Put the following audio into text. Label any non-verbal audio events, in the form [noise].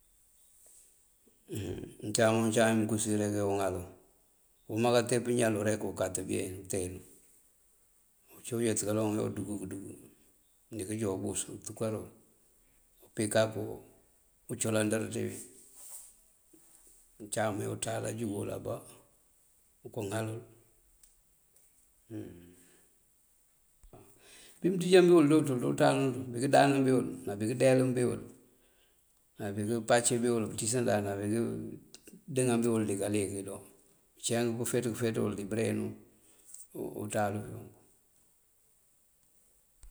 Uncáam, uncáam uwí mëënkus uwí oŋalú, uwámá kate pëñalu rek akáti beenuteen uncú uyët kaloŋ ajá uroŋ undung këëndung. Mëëndí këjá ubus untukarël, umpí kak uncolandër ţí [hesitation] uncáam ajá unáal ajúngul obá [hesitation] ok ŋal [hesitation] bikëënyinj biwul, bí këëndáanáa biwël, bí këëndeelin biwël, bikëëmpac biwël, këëntísandáan [hesitation] bindiŋá mbi wël dinkaliyëk dun. Unciyank këëfeţ këëfeţ di bëreŋ dún unţáalu.